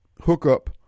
hookup